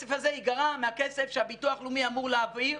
הכסף הזה יגרע מהכסף שהביטוח הלאומי אמור להעביר